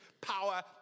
power